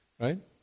right